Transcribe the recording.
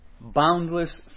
boundless